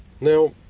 now